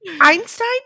einstein